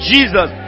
Jesus